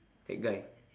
that guy